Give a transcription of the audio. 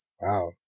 Wow